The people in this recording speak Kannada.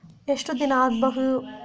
ಎಷ್ಟು ದಿನ ಆಗ್ಬಹುದು?